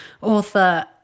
author